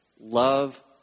love